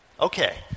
Okay